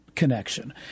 Connection